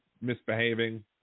misbehaving